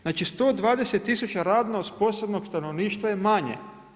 Znači 120 tisuća radno sposobnog stanovništva je manje.